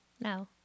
No